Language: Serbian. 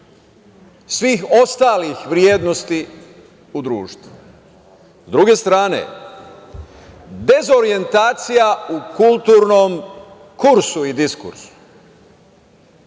svih ostalih vrednosti u društvu. Sa druge strane, dezorijentacija u kulturnom kursu i diskursu